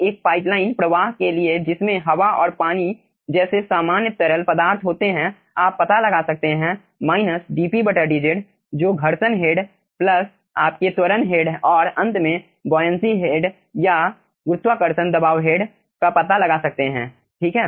तो एक pipe line प्रवाह के लिए जिसमें हवा और पानी जैसे सामान्य तरल पदार्थ होते हैं आप पता लगा सकते हैं dpdz जो घर्षण हेड प्लस आपके त्वरण हेड और अंत में बोयेंसी हेड या गुरुत्वाकर्षण दबाव हेड का पता लगा सकते हैं ठीक है